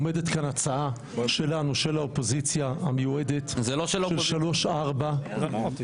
עומדת כאן הצעה של האופוזיציה המיועדת של שלושה-ארבעה.